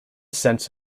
sense